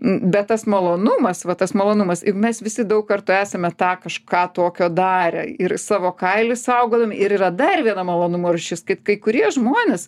bet tas malonumas va tas malonumas juk mes visi daug kartų esame tą kažką tokio darę ir savo kailį saugodami ir yra dar viena malonumo rūšis kad kai kurie žmonės